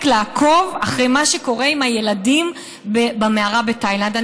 לעקוב אחרי מה שקורה עם הילדים במערה בתאילנד.